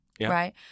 right